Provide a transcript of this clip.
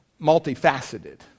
multifaceted